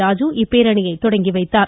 ராஜு இப்பேரணியை தொடங்கி வைத்தார்